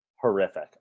horrific